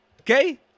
Okay